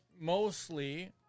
mostly